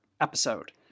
episode